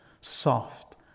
Soft